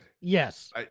yes